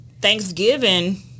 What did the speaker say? thanksgiving